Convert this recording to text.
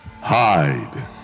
Hide